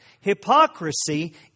Hypocrisy